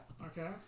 Okay